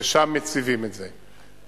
ושם מציבים את זה.